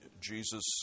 Jesus